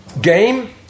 game